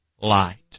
light